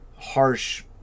harsh